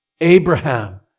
Abraham